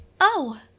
Oh